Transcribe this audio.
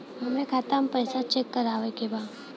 हमरे खाता मे पैसा चेक करवावे के बा?